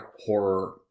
horror